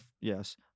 Yes